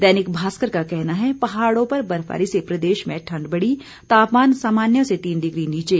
दैनिक भास्कर का कहना है पहाड़ों पर बर्फबारी से प्रदेश में ठंड बढ़ी तापमान सामान्य से तीन डिग्री नीचे